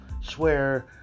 swear